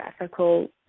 ethical